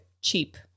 cheap